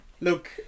Look